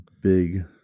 big